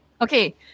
Okay